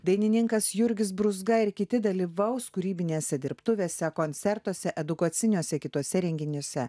dainininkas jurgis brūzga ir kiti dalyvaus kūrybinėse dirbtuvėse koncertuose edukaciniuose kituose renginiuose